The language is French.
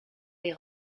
les